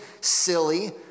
silly